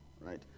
right